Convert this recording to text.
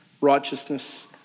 righteousness